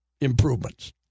improvements